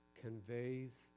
conveys